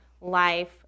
life